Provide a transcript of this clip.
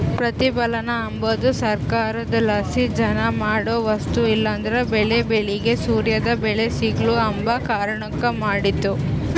ಪ್ರತಿಪಲನ ಅಂಬದು ಸರ್ಕಾರುದ್ಲಾಸಿ ಜನ ಮಾಡೋ ವಸ್ತು ಇಲ್ಲಂದ್ರ ಬೆಳೇ ಬೆಳಿಗೆ ಸರ್ಯಾದ್ ಬೆಲೆ ಸಿಗ್ಲು ಅಂಬ ಕಾರಣುಕ್ ಮಾಡಿದ್ದು